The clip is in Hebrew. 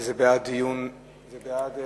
זה בעד דיון במליאה,